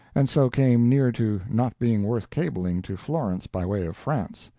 and so came near to not being worth cabling to florence by way of france.